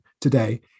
today